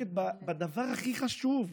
שעוסקת בדבר הכי חשוב,